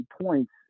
points